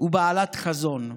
ובעלת חזון.